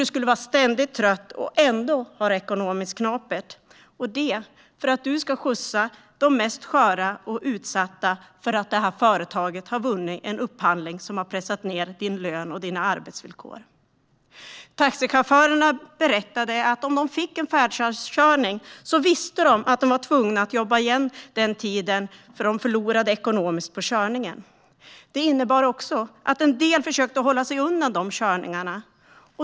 Du skulle vara ständigt trött och ändå ha det ekonomiskt knapert - och det för att du ska skjutsa de mest sköra och utsatta för att företaget du jobbar på har vunnit en upphandling som har pressat ned din lön och dina arbetsvillkor. Taxichaufförerna berättade att om de fick en färdtjänstkörning visste de att de var tvungna att jobba igen den tiden, för de förlorade ekonomiskt på körningen. Det innebar också att en del försökte hålla sig undan de körningarna.